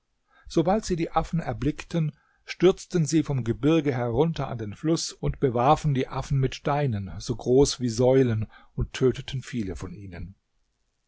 sobald sie die affen erblickten stürzten sie vom gebirge herunter an den fluß und warfen die affen mit steinen so groß wie säulen und töteten viele von ihnen